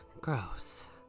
gross